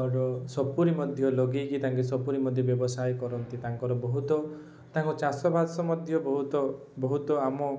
ଆଉ ସପୁରୀ ମଧ୍ୟ ଲଗାଇକି ତାଙ୍କେ ସପୁରୀ ମଧ୍ୟ ବ୍ୟବସାୟ କରନ୍ତି ତାଙ୍କର ବହୁତ ତାଙ୍କ ଚାଷ ବାସ ମଧ୍ୟ ବହୁତ ବହୁତ ଆମ